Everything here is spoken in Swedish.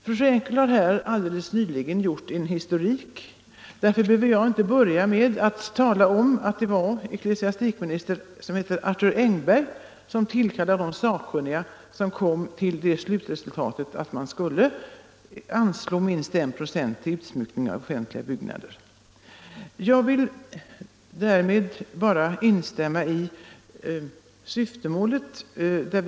Fru Frenkel har nyss lämnat en historik, därför behöver jag inte tala om att det var ecklesiastikminister Arthur Engberg som tillkallade de sakkunniga som kom fram till att minst 1 96 av kostnaderna för offentliga byggnader skulle anslås till konstnärlig utsmyckning.